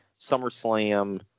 SummerSlam